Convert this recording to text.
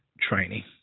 training